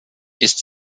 ist